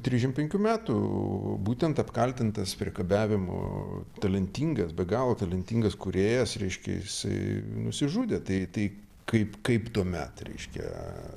trisdešim penkių metų būtent apkaltintas priekabiavimu talentingas be galo talentingas kūrėjas reiškia jisai nusižudė tai tai kaip kaip tuomet reiškia